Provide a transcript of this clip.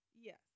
yes